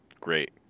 great